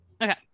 Okay